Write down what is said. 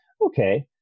okay